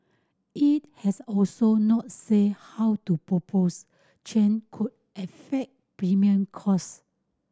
it has also not said how to propose change could affect premium cost